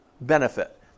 benefit